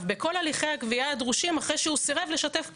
בכל הליכי הגבייה הדרושים אחרי שהוא סירב לשתף פעולה.